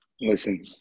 Listen